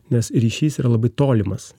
nes ryšys yra labai tolimas